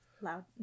loud